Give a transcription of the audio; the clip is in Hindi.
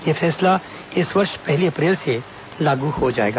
यह फैसला इस वर्ष पहली अप्रैल से लागू हो जाएगा